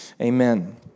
Amen